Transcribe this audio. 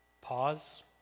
pause